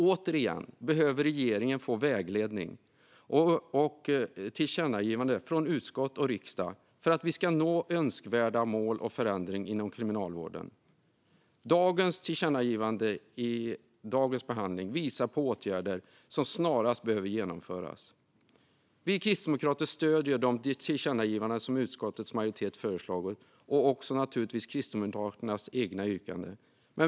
Återigen behöver regeringen få vägledning och tillkännagivanden från utskott och riksdag för att vi ska nå önskvärda mål och förändring inom kriminalvården. De tillkännagivanden som vi behandlar i dag visar på åtgärder som snarast behöver genomföras. Vi kristdemokrater stöder de tillkännagivanden som utskottets majoritet föreslagit liksom naturligtvis Kristdemokraternas egna yrkanden.